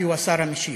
כי הוא השר המשיב.